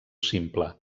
simple